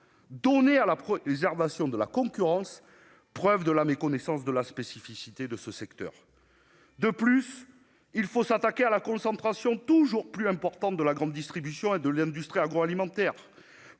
donné à la préservation de la concurrence, preuve de la méconnaissance de la spécificité de ce secteur. De plus, il faut s'attaquer à la concentration toujours plus importante de la grande distribution et de l'industrie agroalimentaire,